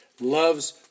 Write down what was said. loves